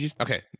Okay